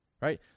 right